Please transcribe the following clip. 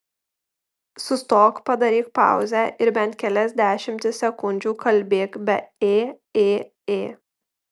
sustok padaryk pauzę ir bent kelias dešimtis sekundžių kalbėk be ė ė ė